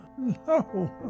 No